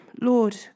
Lord